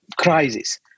crisis